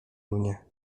runie